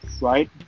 right